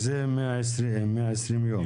זה 120 יום.